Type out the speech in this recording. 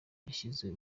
yashyizeho